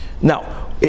Now